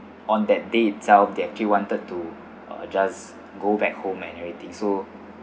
on that day itself they actually wanted to uh just go back home and everything so